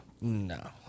No